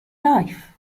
life